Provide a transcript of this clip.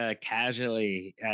casually